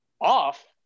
off